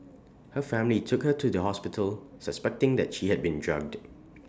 her family took her to the hospital suspecting that she had been drugged